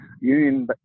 Union